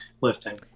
lifting